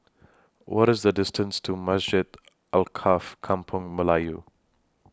What IS The distance to Masjid Alkaff Kampung Melayu